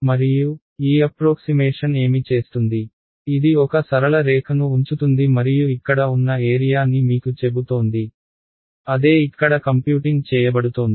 మరియు ఈ అప్ప్రోక్సిమేషన్ ఏమి చేస్తుంది ఇది ఒక సరళ రేఖ ను ఉంచుతుంది మరియు ఇక్కడ ఉన్న ఏరియా ని మీకు చెబుతోంది అదే ఇక్కడ కంప్యూటింగ్ చేయబడుతోంది